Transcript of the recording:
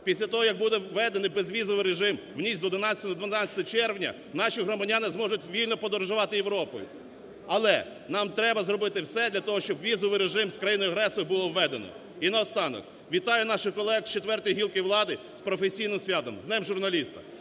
Після того, як буде введений безвізовий режим в ніч з 11 до 12 червня, наші громадяни зможуть вільно подорожувати Європою. Але, нам треба зробити все для того, щоб візовий режим з країною-агресором було введено. І на останок, вітаю наших колег з четвертої гілки влади з професійним святом, з днем журналіста.